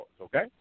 okay